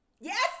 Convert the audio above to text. Yes